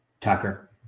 Tucker